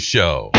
Show